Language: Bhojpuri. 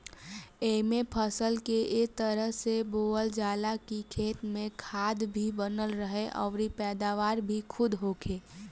एइमे फसल के ए तरह से बोअल जाला की खेत में खाद भी बनल रहे अउरी पैदावार भी खुब होखे